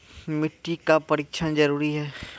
मिट्टी का परिक्षण जरुरी है?